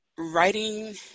writing